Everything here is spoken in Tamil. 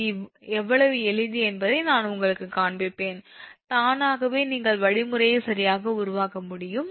இது எவ்வளவு எளிது என்பதை நான் உங்களுக்குக் காண்பிப்பேன் தானாகவே நீங்கள் வழிமுறையை சரியாக உருவாக்க முடியும்